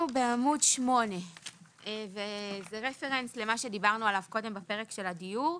אנחנו בעמוד 8. זה רפרנס למה שדיברנו עליו קודם בפרק של הדיור,